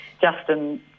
Justin